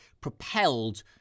propelled